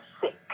sick